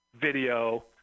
video